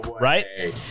Right